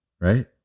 right